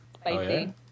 Spicy